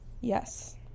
Yes